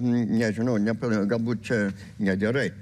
nežinau ne pal galbūt čia negerai